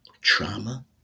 trauma